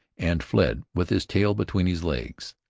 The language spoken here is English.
and fled with his tail between his legs.